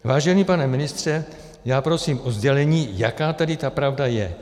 Vážený pane ministře, prosím o sdělení, jaká tedy ta pravda je.